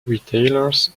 retailers